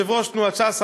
יושב-ראש תנועת ש"ס,